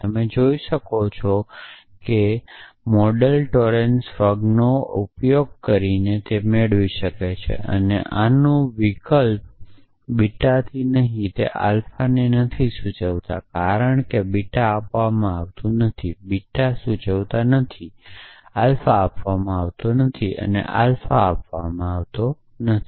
તમે જોઈ શકો છો કે મોડેલ ટોલેન્સ ફ્રગનો ઉપયોગ કરીને તે મેળવી શકે છે અને આનો વિકલ્પ બીટાથી નહીં તે આલ્ફાને નથી સૂચવે છે કારણ કે બીટા આપવામાં આવતું નથી બીટા સૂચવતા નથી આલ્ફા આપવામાં આવતો નથી અને આલ્ફા આપવામાં આવતો નથી